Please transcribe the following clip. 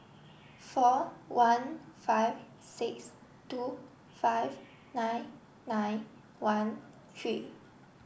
four one five six two five nine nine one three